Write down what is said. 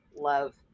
love